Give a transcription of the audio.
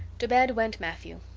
to bed went matthew.